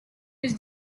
was